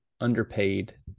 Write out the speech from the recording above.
underpaid